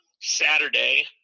saturday